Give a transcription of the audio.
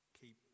keep